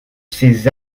ces